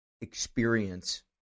experience